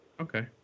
Okay